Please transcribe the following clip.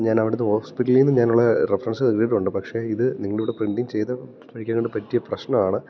ഞാനവിടുന്ന് ഹോസ്പ്പിറ്റലിൽ നിന്ന് ഞങ്ങൾ റെഫറൻസ് കിട്ടിയിട്ടുണ്ട് പക്ഷേ ഇത് നിങ്ങളിവിടെ പ്രിൻറ്റിങ് ചെയ്ത വഴിക്കെങ്ങാണ്ട് പറ്റിയ പ്രശ്നമാണ്